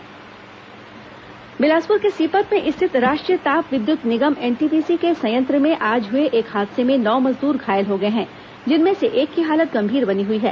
NTPC हादसा बिलासपुर के सीपत में स्थित राष्ट्रीय ताप विद्युत निगम एनटीपीसी के संयंत्र में आज हुए एक हादसे में नौ मजदूर घायल हो गए हैं जिनमें से एक की हालत गंभीर बनी हुई है